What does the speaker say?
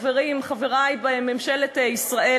חברים חברי בממשלת ישראל,